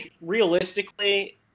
realistically